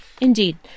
Indeed